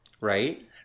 Right